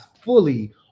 fully